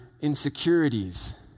insecurities